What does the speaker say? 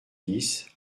dix